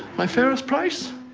my fairest price.